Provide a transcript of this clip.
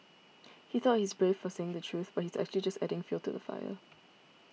he thought he's brave for saying the truth but he's actually just adding fuel to the fire